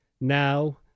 Now